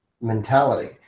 mentality